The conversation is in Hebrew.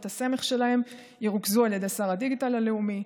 הסמך שלהם ירוכזו על ידי שר הדיגיטל הלאומי,